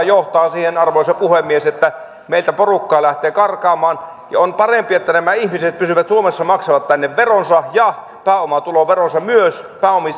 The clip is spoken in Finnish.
johtaa siihen arvoisa puhemies että meiltä porukkaa lähtee karkaamaan on parempi että nämä ihmiset pysyvät suomessa maksavat tänne veronsa ja pääomatuloveronsa myös